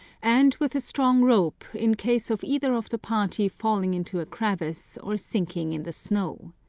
and with a strong rope in case of either of the party falling into a crevasse, or sinking in the snow.